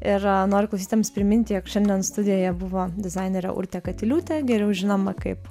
ir noriu klausytojams priminti jog šiandien studijoje buvo dizainerė urtė katiliūtė geriau žinoma kaip